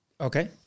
Okay